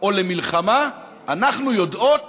או למלחמה אנחנו יודעות